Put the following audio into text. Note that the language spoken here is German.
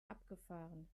abgefahren